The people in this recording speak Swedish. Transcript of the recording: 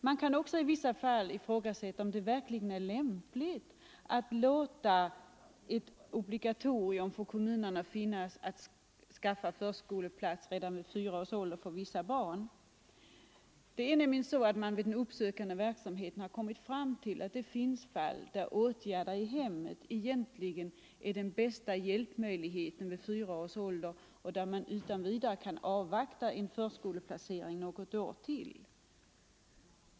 Det kan också i många fall ifrågasättas om det verkligen är lämpligt att införa ett obligatorium för kommunerna att skaffa förskoleplats redan vid fyra års ålder för vissa barn. Vid den uppsökande verksamheten har man nämligen kommit fram till att det finns fall där åtgärder i hemmet egentligen ger den bästa hjälpmöjligheten vid fyra års ålder och där man utan vidare kan avvakta med förskoleplaceringen något år till.